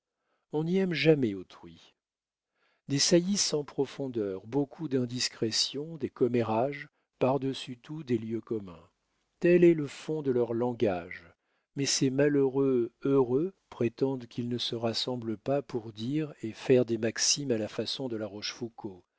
on n'y aime jamais autrui des saillies sans profondeur beaucoup d'indiscrétions des commérages par-dessus tout des lieux communs tel est le fond de leur langage mais ces malheureux heureux prétendent qu'ils ne se rassemblent pas pour dire et faire des maximes à la façon de la rochefoucauld